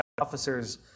officers